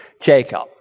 Jacob